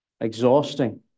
exhausting